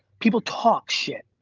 people talk shit,